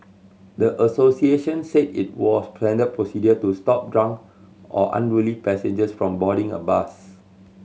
the associations said it was planned up procedure to stop drunk or unruly passengers from boarding a bus